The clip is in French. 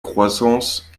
croissance